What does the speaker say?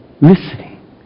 listening